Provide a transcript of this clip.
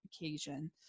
occasion